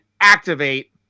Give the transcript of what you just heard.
activate